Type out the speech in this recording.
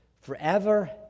forever